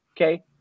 Okay